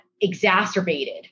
exacerbated